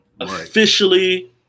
Officially